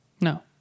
no